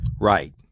Right